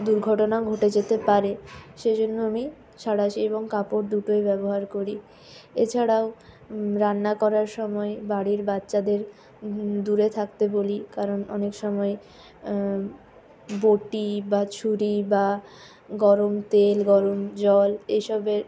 দুর্ঘটনা ঘটে যেতে পারে সেই জন্য আমি সাঁড়াশি এবং কাপড় দুটোই ব্যবহার করি এছাড়াও রান্না করার সময়ে বাড়ির বাচ্চাদের দূরে থাকতে বলি কারণ অনেক সময়ে বটি বা ছুরি বা গরম তেল গরম জল এসবের